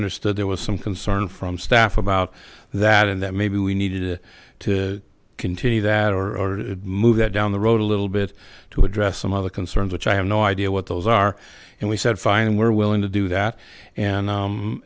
understood there was some concern from staff about that and that maybe we needed to continue that or move that down the road a little bit to address some of the concerns which i have no idea what those are and we said fine we're willing to do that and